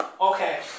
Okay